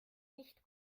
nicht